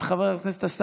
את חבר הכנסת עמאר,